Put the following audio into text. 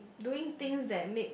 doing things that make